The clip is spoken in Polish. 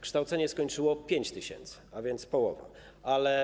Kształcenie skończyło 5 tys., a więc o połowę mniej.